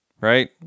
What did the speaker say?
right